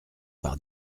par